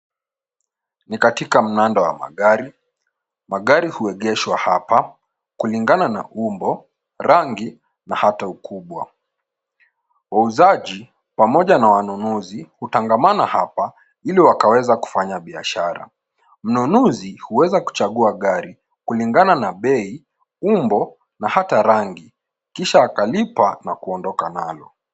Ni katika mnanda wa magari. Magari huegeshwa hapa kulingana na umbo, rangi na hata ukubwa. Wauzaji pamoja na wanunuzi hutangamana hapa ili wakaweza kufanya biashara. Mnunuzi huweza kuchagua gari kulingana na bei, umbo na hata rangi kisha akalipa na kuondoka nalo.